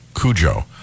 Cujo